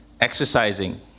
exercising